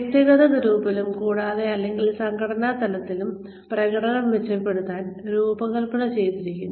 വ്യക്തിഗത ഗ്രൂപ്പിലും കൂടാതെഅല്ലെങ്കിൽ സംഘടനാ തലങ്ങളിലും പ്രകടനം മെച്ചപ്പെടുത്താൻ രൂപകൽപ്പന ചെയ്തിരിക്കുന്നു